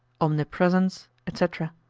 omnipresence, etc,